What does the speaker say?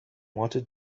wanted